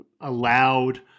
allowed